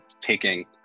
taking